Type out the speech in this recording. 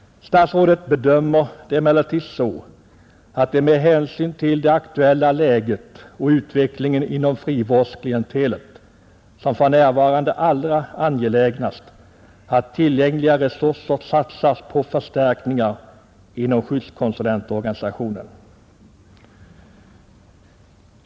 Statsrådet bedömer emellertid saken så att det med hänsyn till det aktuella läget och utvecklingen inom frivårdsklientelet är allra mest angeläget för närvarande att tillgängliga resurser satsas på förstärkningar inom skyddskonsulentorganisationen.